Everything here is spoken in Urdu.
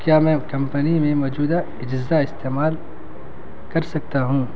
کیا میں کمپنی میں موجودہ اجزا استعمال کر سکتا ہوں